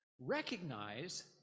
recognize